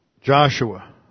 Joshua